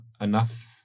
enough